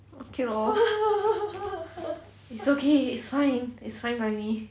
okay lor it's okay it's fine it's fine by me